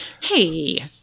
Hey